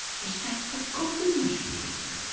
is that a coffee machine?